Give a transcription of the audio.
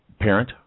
parent